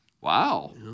Wow